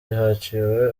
haciwe